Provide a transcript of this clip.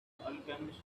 alchemist